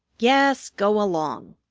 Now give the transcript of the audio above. yes, go along,